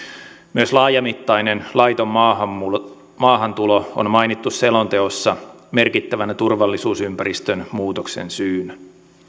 myös laajamittainen laiton maahantulo on mainittu selonteossa merkittävänä turvallisuusympäristön muutoksen syynä